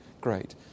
great